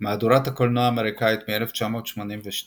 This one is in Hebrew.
מהדורת הקולנוע האמריקאית מ-1982.